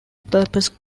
purpose